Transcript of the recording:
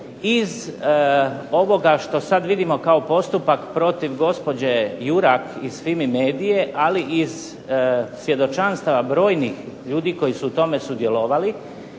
iz ovoga što sad vidimo kao postupak protiv gospođe Jurak iz …/Ne razumije se./… ali iz svjedočanstava brojnih ljudi koji su u tome sudjelovali,